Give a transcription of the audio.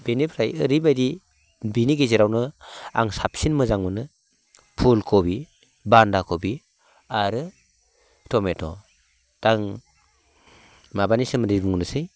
बेनिफ्राय ओरैबायदि बिनि गेजेरावनो आं साबसिन मोजां मोनो फुल कबि बान्दा कबि आरो टमेट' दा आं माबानि सोमोन्दै बुंनोसै